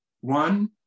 One